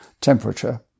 temperature